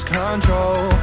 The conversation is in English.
control